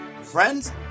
Friends –